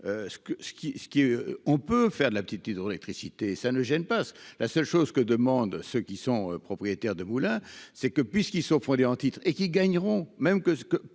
on peut faire de la petite hydroélectricité ça ne gêne pas la seule chose que demande ce qui sont propriétaires de moulins c'est que puisqu'ils sont fondés en titre et qui gagneront